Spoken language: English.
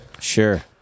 Sure